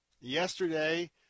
Yesterday